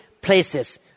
places